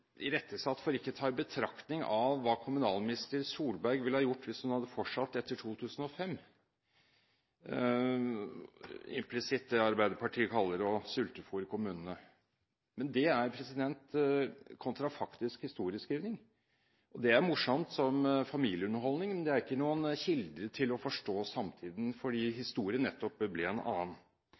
irettesatt for ikke å ta i betraktning hva kommunalminister Solberg ville ha gjort hvis hun hadde fortsatt etter 2005, implisitt det Arbeiderpartiet kaller å sultefôre kommunene. Det er kontrafaktisk historieskrivning, og det er morsomt som familieunderholdning, men det er ikke noen kilde til å forstå samtiden fordi historien nettopp ble en annen.